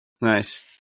Nice